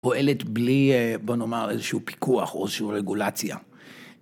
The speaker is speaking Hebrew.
פועלת בלי, בוא נאמר, איזשהו פיקוח או איזשהו רגולציה.